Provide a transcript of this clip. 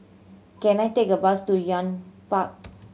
can I take a bus to Park